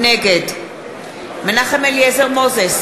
נגד מנחם אליעזר מוזס,